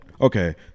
Okay